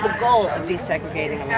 goal of desegregating yeah